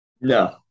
No